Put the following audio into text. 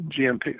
GMP